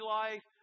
life